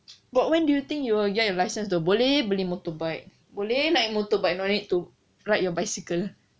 but when do you think you will get your license though boleh beli motorbike boleh naik motorbike no need to ride your bicycle